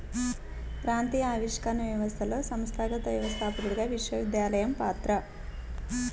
ప్రాంతీయ ఆవిష్కరణ వ్యవస్థలో సంస్థాగత వ్యవస్థాపకుడిగా విశ్వవిద్యాలయం పాత్ర